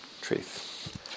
truth